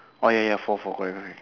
oh ya ya four four correct correct